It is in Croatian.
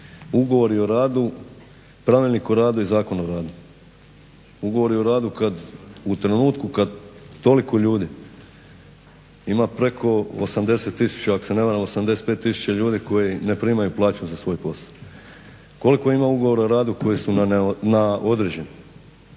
ugovori o radu, Pravilnik o radu i Zakon o radu. Ugovori o radu u trenutku kad toliko ljudi ima preko 80000, 85000 ljudi koji ne primaju plaću za svoj posao. Koliko ima ugovora o radu koji su na određeno.